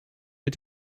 mit